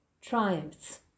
triumphs